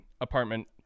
apartment